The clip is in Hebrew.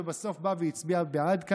ובסוף בא והצביע כאן בעד.